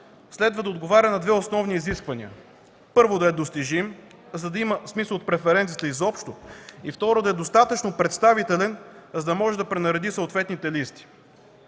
следва да отговаря на две основни изисквания: първо, да е достижим, за да има смисъл преференцията изобщо, второ – да е достатъчно представителен, за да може да пренареди съответните листи.